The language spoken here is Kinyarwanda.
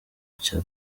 cya